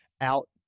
out